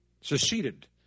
seceded